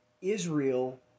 Israel